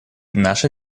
наша